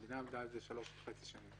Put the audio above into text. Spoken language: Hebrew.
המדינה עבדה על זה שלוש וחצי שנים.